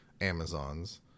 Amazon's